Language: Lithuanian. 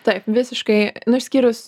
taip visiškai nu išskyrus